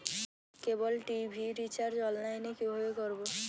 কেবল TV recharge online এ কিভাবে করব?